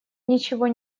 ничего